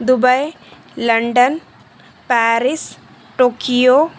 Dubai London Paris Tokyo